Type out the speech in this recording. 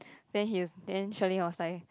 then he then Sharlene was like